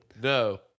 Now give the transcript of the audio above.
no